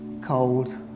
cold